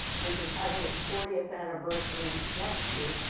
which is having its fortieth anniversary next year.